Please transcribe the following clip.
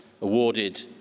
awarded